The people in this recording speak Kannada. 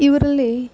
ಇವರಲ್ಲಿ